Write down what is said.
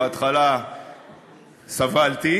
בהתחלה סבלתי,